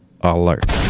Alert